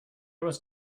was